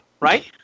right